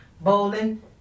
bowling